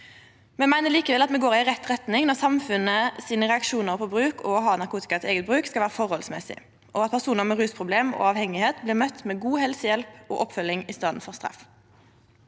Me meiner likevel at me går i rett retning når reaksjonane til samfunnet på bruk og det å ha narkotika til eige bruk skal vera forholdsmessige, og når personar med rusproblem og avhengigheit vert møtte med god helsehjelp og oppfølging i staden for straff.